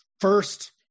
First